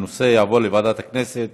הנושא יועבר לוועדת הכנסת